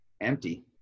empty